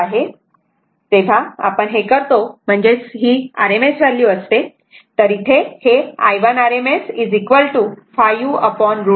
जेव्हा आपण हे करतो तेव्हा ही गोष्ट RMS व्हॅल्यू असते तर इथे हे i1 rms 5√ 2 एंपियर असे लिहितो